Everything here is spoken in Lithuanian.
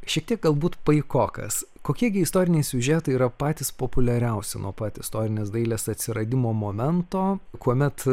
šiek tiek galbūt paikokas kokie gi istoriniai siužetai yra patys populiariausi nuo pat istorinės dailės atsiradimo momento kuomet